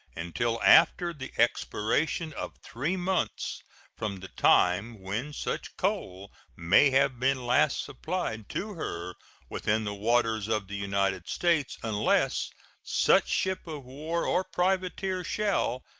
until after the expiration of three months from the time when such coal may have been last supplied to her within the waters of the united states, unless such ship of war or privateer shall,